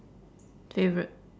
favourite